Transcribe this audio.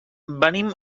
venim